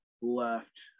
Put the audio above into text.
left